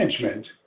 management